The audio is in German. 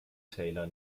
taylor